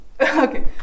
okay